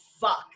fuck